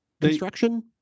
construction